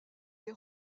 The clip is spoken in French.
des